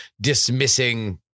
dismissing